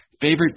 Favorite